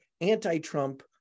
anti-Trump